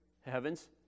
heavens